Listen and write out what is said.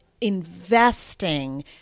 investing